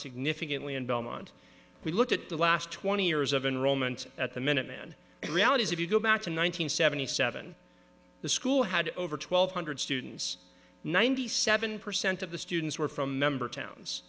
significantly in belmont we looked at the last twenty years of enrollment at the minuteman realities if you go back to one nine hundred seventy seven the school had over twelve hundred students ninety seven percent of the students were from member towns